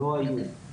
לא היו.